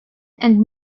and